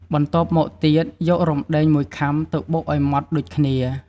បន្ទាប់មកទៀតយក រំដេង ១ខាំទៅបុកឱ្យម៉ដ្ដដូចគ្នា។